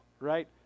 right